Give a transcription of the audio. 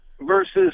versus